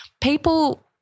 people